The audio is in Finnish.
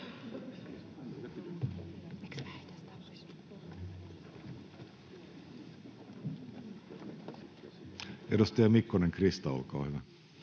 Edustaja Mikkonen, Krista, olkaa hyvä.